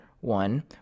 one